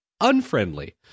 unfriendly